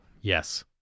yes